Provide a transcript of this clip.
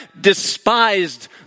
despised